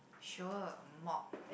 sure mop